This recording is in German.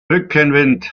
rückenwind